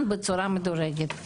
מדורגת.